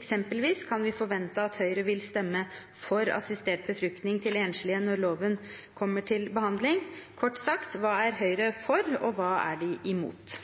Eksempelvis: Kan vi forvente at Høyre vil stemme for assistert befruktning til enslige når loven kommer til behandling? Kort sagt: Hva er Høyre for, og hva er de imot?